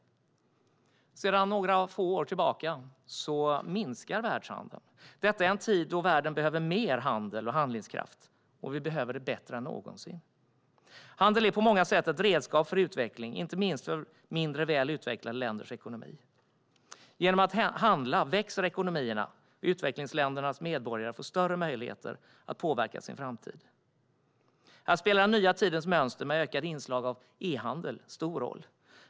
Sedan några få år tillbaka minskar världshandeln, detta i en tid då världen behöver ha mer handel och handlingskraft, och vi behöver det bättre än någonsin. Handel är på många sätt ett redskap för utveckling, inte minst för mindre välutvecklade länders ekonomier. Genom att man handlar växer ekonomierna, och utvecklingsländernas medborgare får större möjligheter att påverka sin framtid. Här spelar den nya tidens mönster, med ökat inslag av e-handel, stor roll.